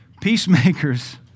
Peacemakers